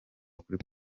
kuri